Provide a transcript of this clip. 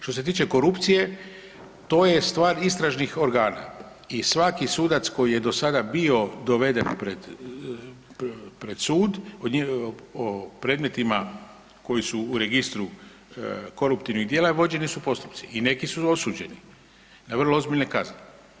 Što se tiče korupcije to je stvar istražnih organa i svaki sudac koji je do sada bio doveden pred sud o predmetima koji su u registru koruptivnih dijela, vođeni su postupci i neki su osuđeni na vrlo ozbiljne kazne.